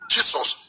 Jesus